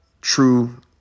true